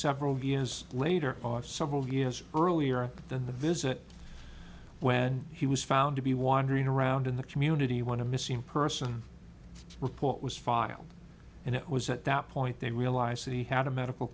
several vias later of several years earlier than the visit when he was found to be wandering around in the community when a missing person report was filed and it was at that point they realized he had a medical